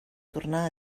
tornar